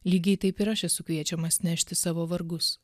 lygiai taip ir aš esu kviečiamas nešti savo vargus